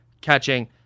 catching